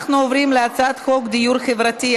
אנחנו עוברים להצעת חוק דיור חברתי,